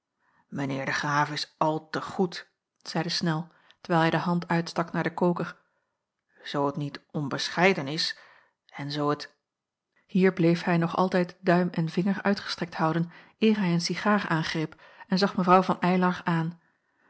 heer de graaf is al te goed zeide snel terwijl hij de hand uitstak naar den koker zoo t niet onbescheiden is en zoo het hier bleef hij nog altijd duim en vinger uitgestrekt houden eer hij een cigaar aangreep en zag mw van eylar aan